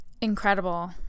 incredible